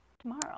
tomorrow